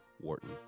Wharton